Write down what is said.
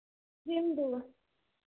Hindu